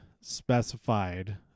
specified